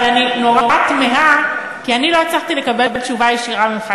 אבל אני נורא תמהה כי אני לא הצלחתי לקבל תשובה ישירה ממך,